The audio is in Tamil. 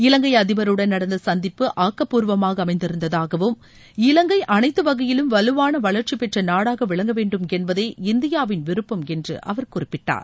இலங்கை அதிபருடன் நடந்த சந்திப்பு ஆக்கபூர்வமாக அளமந்திருந்ததாகவும் இலங்கை அனைத்து வகையிலும் வலுவான வளர்ச்சி பெற்ற நாடாக விளங்கவேண்டும் என்பதே இந்தியாவின் விருப்பம் என்று அவர் குறிப்பிட்டார்